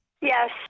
Yes